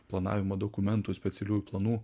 planavimo dokumentų specialiųjų planų